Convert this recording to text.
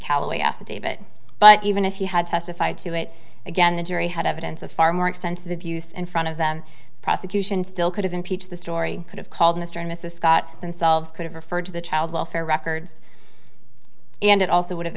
callaway affidavit but even if he had testified to it again the jury had evidence of far more extensive abuse in front of them prosecution still could have impeach the story could have called mr and mrs scott themselves could have referred to the child welfare records and it also would have